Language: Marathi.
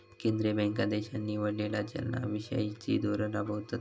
केंद्रीय बँका देशान निवडलेला चलना विषयिचा धोरण राबवतत